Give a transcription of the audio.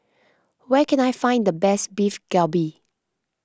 where can I find the best Beef Galbi